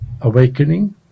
awakening